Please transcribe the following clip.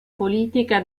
politica